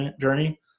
journey